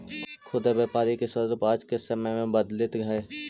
खुदरा व्यापार के स्वरूप आज के समय में बदलित हइ